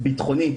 ביטחוני,